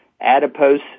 adipose